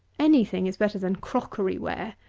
any-thing is better than crockery-ware.